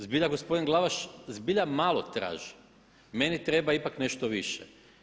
Zbilja gospodin Glavaš zbilja malo traži, meni treba ipak nešto više.